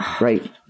Right